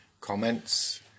comments